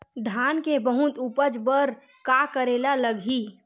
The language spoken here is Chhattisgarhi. धान के बहुत उपज बर का करेला लगही?